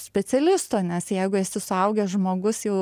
specialisto nes jeigu esi suaugęs žmogus jau